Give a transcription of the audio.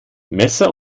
messer